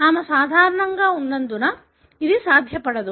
ఆమె సాధారణంగా ఉన్నందున ఇది సాధ్యపడదు